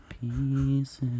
pieces